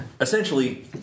Essentially